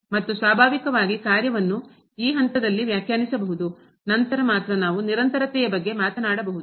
ಮತ್ತು ಸ್ವಾಭಾವಿಕವಾಗಿ ಕಾರ್ಯವನ್ನು ಈ ಹಂತದಲ್ಲಿ ವ್ಯಾಖ್ಯಾನಿಸಬೇಕು ನಂತರ ಮಾತ್ರ ನಾವು ನಿರಂತರತೆಯ ಬಗ್ಗೆ ಮಾತನಾಡಬಹುದು